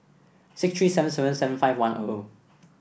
six three seven seven seven five one O